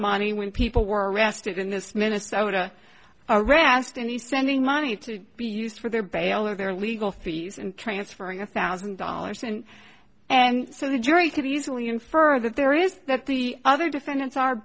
money when people were arrested in this minnesota a rast and he's sending money to be used for their bail or their legal fees and transferring a thousand dollars and and so the jury could easily infer that there is that the other defendants are